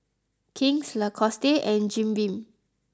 King's Lacoste and Jim Beam